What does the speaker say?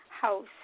House